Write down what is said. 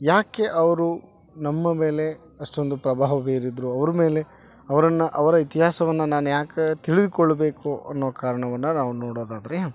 ಯಾಕೆ ಅವರು ನಮ್ಮ ಮೇಲೆ ಅಷ್ಟೊಂದು ಪ್ರಭಾವ ಬೀರಿದರು ಅವರು ಮೇಲೆ ಅವರನ್ನ ಅವರ ಇತಿಹಾಸವನ್ನ ನಾನ್ಯಾಕೆ ತಿಳಿದ್ಕೊಳ್ಬೇಕು ಅನ್ನೋ ಕಾರಣವನ್ನ ನಾವು ನೋಡೋದಾದರೆ